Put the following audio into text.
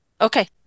Okay